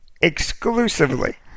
exclusively